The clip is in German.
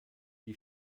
die